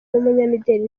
n’umunyamideli